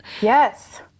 yes